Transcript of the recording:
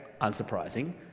Unsurprising